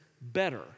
better